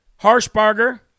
Harshbarger